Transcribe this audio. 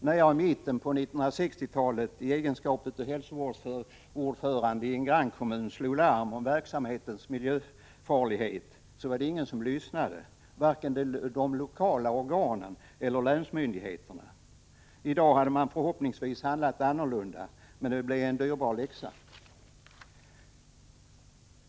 När jag i mitten av 1960-talet i egenskap av hälsovårdsordförande i en grannkommun slog larm om verksamhetens miljöfarlighet var det ingen som lyssnade — varken de lokala organen eller länsmyndigheterna. I dag hade man förhoppningsvis handlat annorlunda, men det blev en dyrbar läxa.